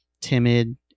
timid